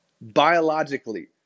biologically